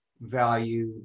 value